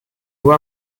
nur